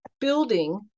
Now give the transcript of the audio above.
building